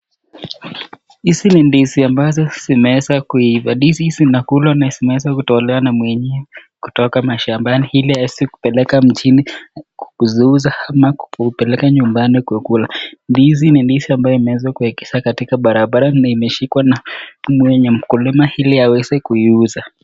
Hizi ni ndizi ambazo zimeweza kuifaa ndizi kukula zinazotolewa na mwenyewe kutoka mashamba hili aweze kupeleka mjini kuziuza ama kupeleka nyumba kukula ndizi ni ndizi ambayo imeekeza katika barabara na imeshika na mwenye mkulima hili aweze kuuza.